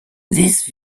this